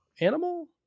animal